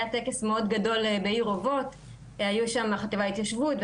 היה טקס מאוד גדול בעיר אובות היו שם חטיבת ההתיישבות,